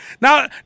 Now